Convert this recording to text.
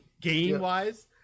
game-wise